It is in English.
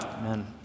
Amen